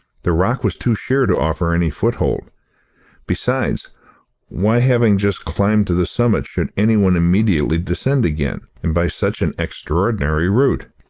the rock was too sheer to offer any foothold besides why, having just climbed to the summit should anyone immediately descend again, and by such an extraordinary route?